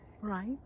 right